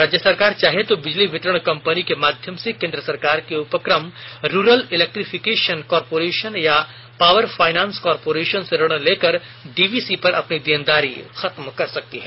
राज्य सरकार चाहे तो बिजली वितरण कंपनी के माध्यम से केन्द्र सरकार के उपकम रूरल इलेक्ट्रीफिकेशन कॉरपोरेशन या पावर फाइनांस कारपोरेशन से ऋण लेकर डीवीसी पर अपनी देनदारी खत्म कर सकती है